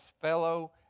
fellow